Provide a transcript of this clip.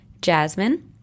Jasmine